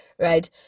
right